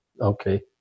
Okay